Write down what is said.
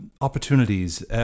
opportunities